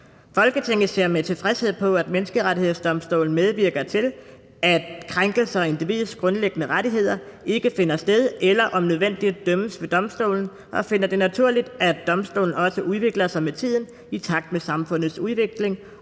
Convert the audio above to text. Folketinget ser med tilfredshed på, at Menneskerettighedsdomstolen medvirker til, at krænkelser af individets grundlæggende rettigheder ikke finder sted eller om nødvendigt dømmes ved domstolen, og finder det naturligt, at domstolen også udvikler sig med tiden i takt med samfundets udvikling